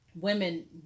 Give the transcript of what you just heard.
women